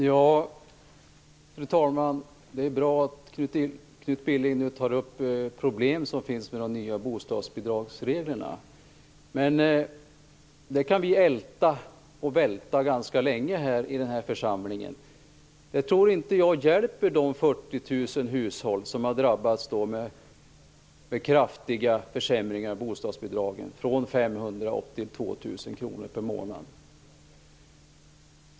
Fru talman! Det är bra att Knut Billing nu tar upp de problem som finns med de nya bostadsbidragsreglerna. Det kan vi älta och välta ganska länge i den här församlingen, men det tror jag inte hjälper de 40 000 hushåll som har drabbats av kraftiga försämringar av bostadsbidragen med 500-2 000 kr per månad.